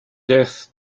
death